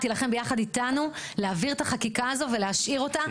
תילחם יחד איתנו להעביר את החקיקה הזו ולהשאיר אותה,